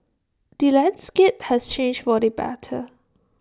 the landscape has changed for the better